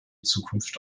zukunft